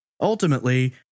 Ultimately